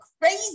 crazy